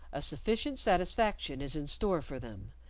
a sufficient satisfaction is in store for them,